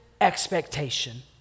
expectation